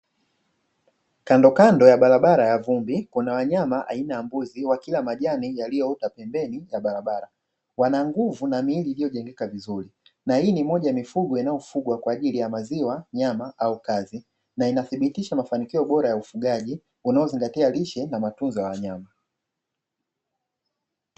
Kandokando ya barabara ya vumbi kuna wanyama aina ya mbuzi wakila majani yaliyoota pembeni ya barabara, wana nguvu na miili iliyojengeka vizuri na hii ni moja ya mifugo inayofugwa kwa ajili ya nyama, maziwa au kazi, na inathibitisha mafanikio bora ya ufugaji unaozingatia lishe na matunzo ya wanyama.